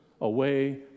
away